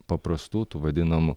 paprastų tų vadinamų